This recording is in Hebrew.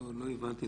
לא הבנתי.